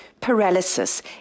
paralysis